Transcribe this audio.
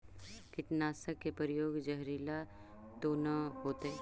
कीटनाशक के प्रयोग, जहरीला तो न होतैय?